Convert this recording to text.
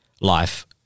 life